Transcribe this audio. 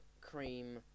cream